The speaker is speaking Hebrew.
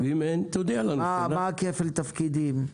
מה כפל התפקידים.